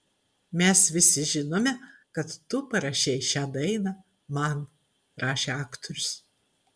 mes visi žinome kad tu parašei šią dainą man rašė aktorius